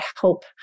help